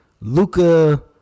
Luca